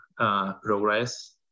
Progress